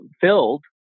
filled